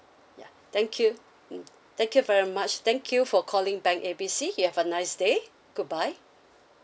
ya thank you mm thank you very much thank you for calling bank A B C you have a nice day goodbye